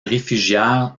réfugièrent